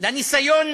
לניסיון